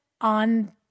on